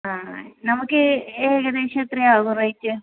ആ ആ നമുക്ക് ഏകദേശം എത്രയാകും റേറ്റ്